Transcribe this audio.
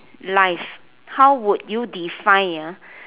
life how would you define ah